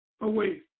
away